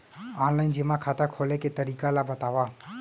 Online जेमा खाता खोले के तरीका ल बतावव?